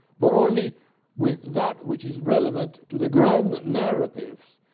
but only with that which is relevant to the grand narratives,